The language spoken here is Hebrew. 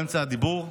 באמצע הדיבור.